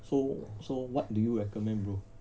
so so what do you recommend bro